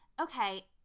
okay